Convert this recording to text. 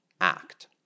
act